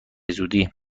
زودی